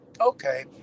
Okay